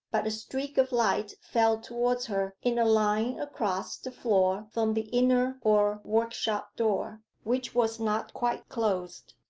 but a streak of light fell towards her in a line across the floor from the inner or workshop door, which was not quite closed.